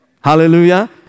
Hallelujah